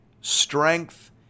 strength